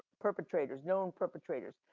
perpetrators, known perpetrators,